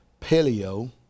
Paleo